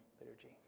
liturgy